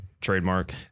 trademark